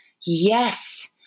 yes